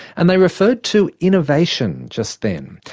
and they referred to innovation just then.